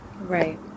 right